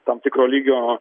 tam tikro lygio